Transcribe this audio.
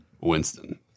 Winston